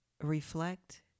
Reflect